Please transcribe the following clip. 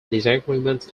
disagreements